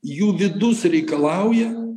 jų vidus reikalauja